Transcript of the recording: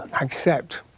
accept